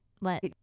let